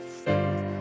faith